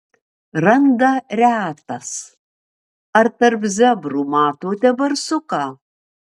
randa retas ar tarp zebrų matote barsuką